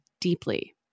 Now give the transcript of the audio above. deeply